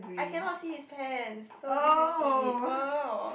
I cannot see his pants so this is it oh